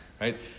right